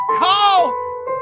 Call